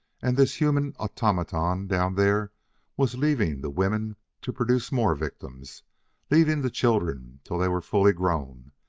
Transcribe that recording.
and this human automaton down there was leaving the women to produce more victims leaving the children till they were fully grown,